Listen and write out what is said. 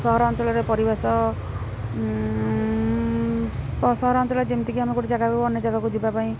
ସହରାଞ୍ଚଳରେ ପରିବେଶ ସହରାଞ୍ଚଳରେ ଯେମିତିକି ଆମେ ଗୋଟେ ଜାଗାକୁ ଅନ୍ୟ ଜାଗାକୁ ଯିବା ପାଇଁ